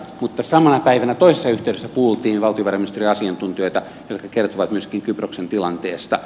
mutta samana päivänä toisessa yhteydessä kuultiin valtiovarainministeriön asiantuntijoita jotka kertoivat myöskin kyproksen tilanteesta